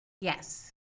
Yes